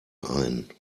ein